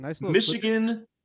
Michigan